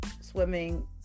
swimming